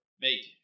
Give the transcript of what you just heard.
Mate